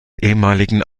ehemaligen